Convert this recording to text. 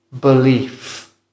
Belief